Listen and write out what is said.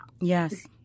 Yes